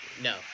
no